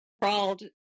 crawled